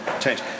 change